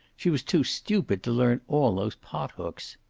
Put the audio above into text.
she was too stupid to learn all those pot-hooks.